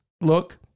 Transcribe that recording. Look